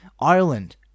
Ireland